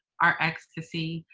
our ecstasy,